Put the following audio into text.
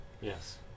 Yes